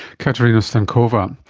katerina stankova. um